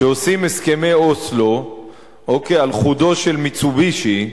כשעושים הסכמי אוסלו על חודו של "מיצובישי"